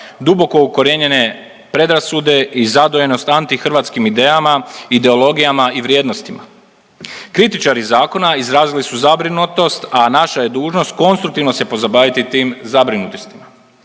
duboko ukorijenjene predrasude i zadojenost anti hrvatskim idejama, ideologijama i vrijednostima. Kritičari zakona izrazili su zabrinutost, a naša je dužnost konstruktivno se pozabaviti tim zabrinutostima.